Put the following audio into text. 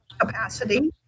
capacity